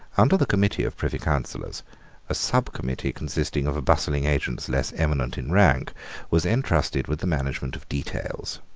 under the committee of privy councillors a subcommittee consisting of bustling agents less eminent in rank was entrusted with the management of details.